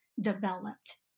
developed